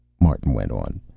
martin went on.